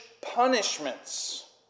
punishments